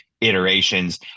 iterations